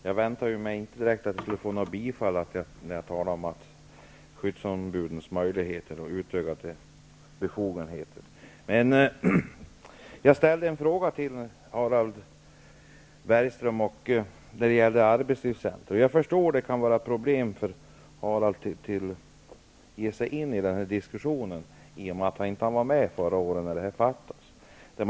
Herr talman! Jag väntade mig inte få något bifall när jag talade för att skyddsombuden borde få utökade befogenheter. Jag ställde en fråga till Harald Bergström om arbetslivscentrum. Jag förstår att det kan vara problematiskt för honom att sätta sig in i den här diskussionen, eftersom han inte var med när riksdagen fattade beslut förra året.